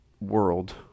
world